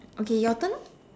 okay your turn lor